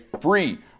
free